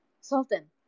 Sultan